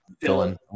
villain